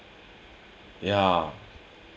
ya